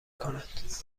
کند